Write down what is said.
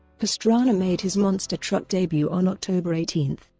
pastrana made his monster truck debut on october eighteen,